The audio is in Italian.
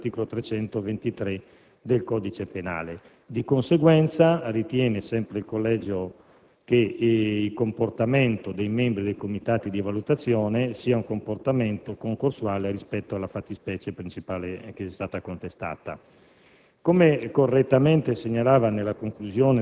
per la configurazione della fattispecie delittuosa, di cui all'articolo 323 del codice penale. Di conseguenza, sempre il Collegio ritiene che il comportamento dei membri dei comitati di valutazione sia un comportamento concorsuale rispetto alla fattispecie principale che è stata contestata.